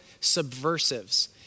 subversives